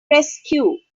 rescue